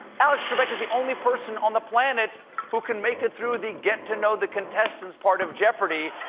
alex trebek is the only person on the planet who can make it through the get to know the contestants part of jeopardy!